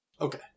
Okay